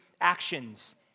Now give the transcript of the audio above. actions